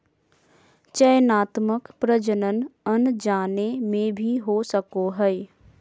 चयनात्मक प्रजनन अनजाने में भी हो सको हइ